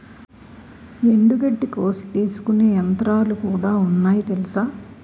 ఎండుగడ్డి కోసి తీసుకునే యంత్రాలుకూడా ఉన్నాయి తెలుసా?